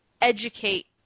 educate